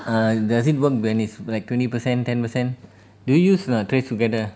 ah does it work when it's like twenty percent ten percent do you use you not trace together